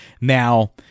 now